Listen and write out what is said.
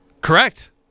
Correct